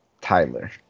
Tyler